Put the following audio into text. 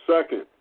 Second